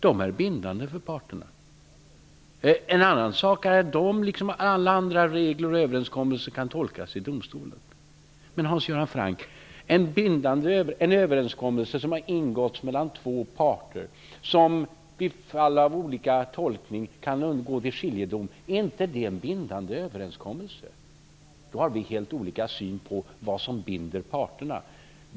Dessa är bindande för parterna. En annan sak är att de liksom alla andra regler och överenskommelser kan tolkas i domstolen. Men, Hans Göran Franck, en bindande överenskommelse som har ingåtts mellan två parter och som vid fall av olika tolkning kan gå till skiljedom, är inte det en bindande överenskommelse? I annat fall har vi helt olika syn på vad som binder parterna.